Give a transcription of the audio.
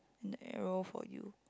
and arrow for you